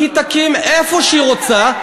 היא תקים איפה שהיא רוצה,